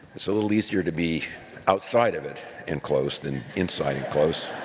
it's a little easier to be outside of it and close than inside and close.